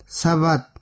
sabat